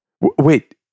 wait